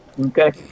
Okay